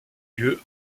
lieu